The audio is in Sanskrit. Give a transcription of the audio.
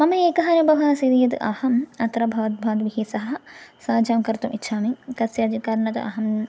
मम एकः अनुभवः आसीत् यत् अहम् अत्र भवति भवद्भिः सह सहजं कर्तुम् इच्छामि कस्यचित् कारणतः अहम्